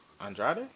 Andrade